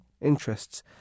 interests